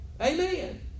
Amen